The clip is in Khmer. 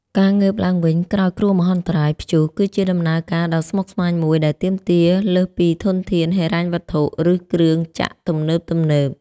ការងើបឡើងវិញក្រោយគ្រោះមហន្តរាយព្យុះ គឺជាដំណើរការដ៏ស្មុគស្មាញមួយដែលទាមទារលើសពីធនធានហិរញ្ញវត្ថុ ឬគ្រឿងចក្រទំនើបៗ។